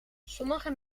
sommige